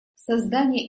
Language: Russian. создание